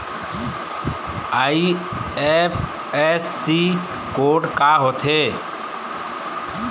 IFSC code का होथे?